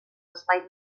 espais